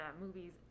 movies